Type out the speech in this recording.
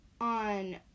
on